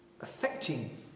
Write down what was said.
affecting